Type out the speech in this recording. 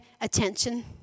attention